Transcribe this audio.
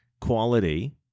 quality